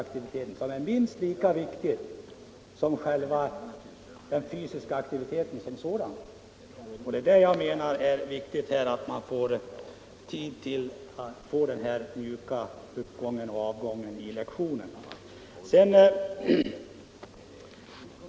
De är lika viktiga som den fysiska aktiviteten som sådan. Jag menar alltså att det är oerhört viktigt att eleverna får tid till en mjuk start och en avslutning utan jäkt vid varje gymnastiklektion.